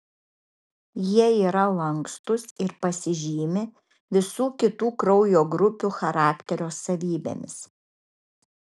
jie yra lankstūs ir pasižymi visų kitų kraujo grupių charakterio savybėmis